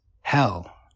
Hell